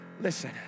Listen